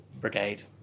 brigade